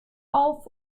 auf